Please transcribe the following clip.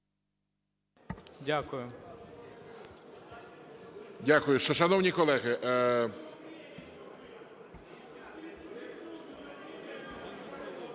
Дякую.